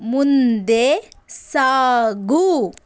ಮುಂದೆ ಸಾಗು